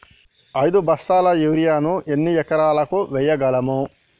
ఐదు బస్తాల యూరియా ను ఎన్ని ఎకరాలకు వేయగలము?